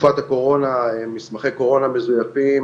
בתקופת הקורונה מסמכי קורונה מזויפים